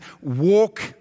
walk